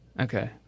Okay